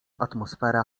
atmosfera